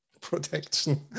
protection